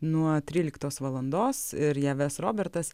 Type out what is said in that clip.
nuo tryliktos valandos ir ją ves robertas